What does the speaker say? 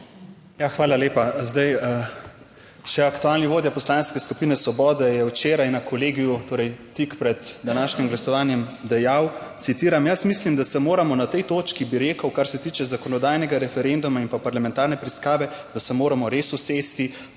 Hvala lepa. Še aktualni vodja Poslanske skupine Svobode je včeraj na kolegiju, torej tik pred današnjim glasovanjem, dejal, citiram: »Jaz mislim, da se moramo na tej točki, bi rekel, kar se tiče zakonodajnega referenduma in pa parlamentarne preiskave, da se moramo res usesti,